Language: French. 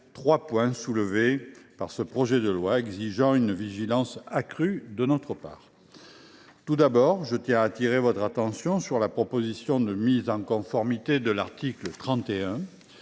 trois points soulevés par ce projet de loi qui exigent une vigilance accrue de notre part. Tout d’abord, j’appelle votre attention sur la proposition de mise en conformité de l’article 31,